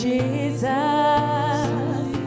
Jesus